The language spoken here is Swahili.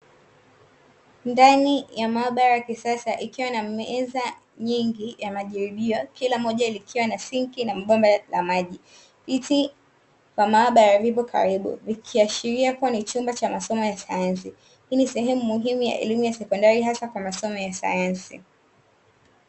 Ndani ya maabara ya kisasa ikiwa na meza nyingi ya majaribio kila moja likiwa na sinki na bomba la maji, viti vya maabara vipo karibu vikiashiria kuwa ni chumba cha masomo ya sayansi, hii ni sehemu muhimu ya elimu ya sekondari hasa kwa masomo sayansi.